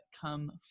come